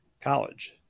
college